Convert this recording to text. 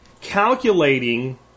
calculating